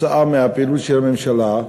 בגלל הפעילות של הממשלה,